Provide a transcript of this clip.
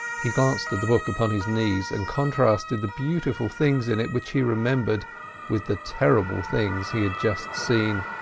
he glanced at the book upon his knees, and contrasted the beautiful things in it which he remembered with the terrible things he had just seen,